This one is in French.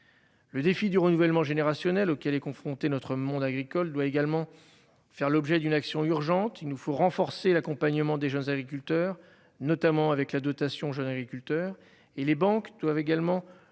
Le défi du renouvellement générationnel auxquels est confronté notre monde agricole doit également faire l'objet d'une action urgente, il nous faut renforcer l'accompagnement des jeunes agriculteurs, notamment avec la dotation jeunes agriculteurs et les banques doivent également jouer